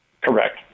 correct